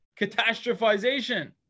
catastrophization